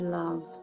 love